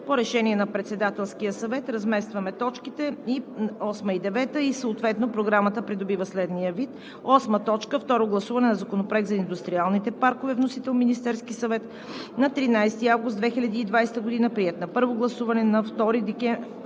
По решение на Председателския съвет разместваме точки 8 и 9 и програмата придобива следния вид: 8. Второ гласуване на Законопроекта за индустриалните паркове. Вносител – Министерският съвет, на 13 август 2020 г. Приет на първо гласуване на 2 декември